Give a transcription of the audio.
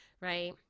right